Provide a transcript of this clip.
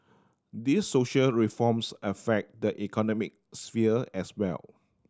these social reforms affect the economic sphere as well